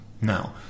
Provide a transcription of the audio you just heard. Now